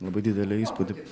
labai didelį įspūdį